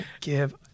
give